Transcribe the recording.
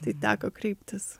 tai teko kreiptis